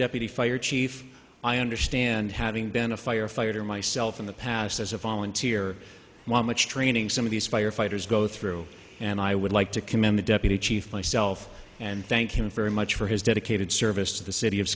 deputy fire chief i understand having been a firefighter myself in the past as a volunteer while much training some of these firefighters go through and i would like to commend the deputy chief myself and thank him very much for his dedicated service to the city of